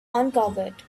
uncovered